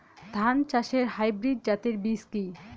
ধান চাষের হাইব্রিড জাতের বীজ কি?